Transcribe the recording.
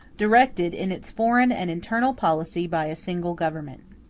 directed in its foreign and internal policy by a single government.